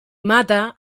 mata